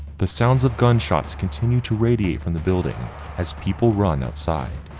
the sounds of gunshots continue to radiate from the building as people run outside.